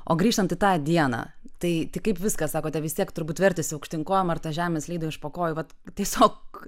o grįžtant į tą dieną tai tik kaip viskas sakote vis tiek turbūt vertėsi aukštyn kojom ar ta žemė slydo iš po kojų vat tiesiog